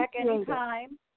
anytime